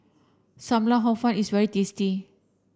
Sam Lau Hor Fun is very tasty